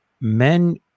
men